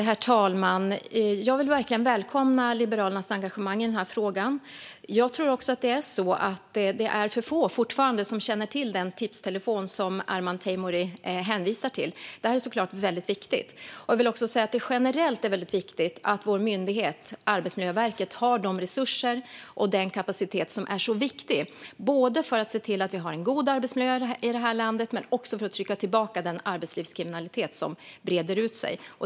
Herr talman! Jag vill verkligen välkomna Liberalernas engagemang i den här frågan. Jag tror att det fortfarande är för få som känner till den tipstelefon som Arman Teimouri hänvisar till. Det här är såklart väldigt viktigt. Jag vill också säga att det generellt är väldigt viktigt att vår myndighet Arbetsmiljöverket har de resurser och den kapacitet som är så viktig både för att se till att vi har en god arbetsmiljö i det här landet och för att trycka tillbaka den arbetslivskriminalitet som breder ut sig.